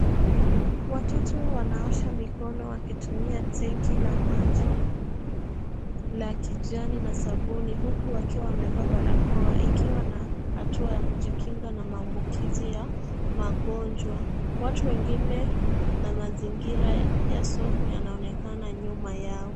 Watoto wanaosha mikono wakitumia tengi la maji la kijani na sabuni huku wakiwa wamevaa barakoa ikiwa na hatua ya kujikinga na maambukizi ya magonjwa. Watu wengine na mazingira ya soko yanaonekana nyuma yao.